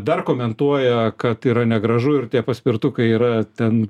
dar komentuoja kad yra negražu ir tie paspirtukai yra ten